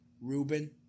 Ruben